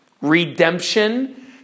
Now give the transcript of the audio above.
Redemption